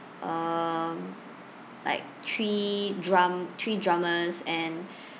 um like three drum~ three drummers and